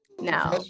Now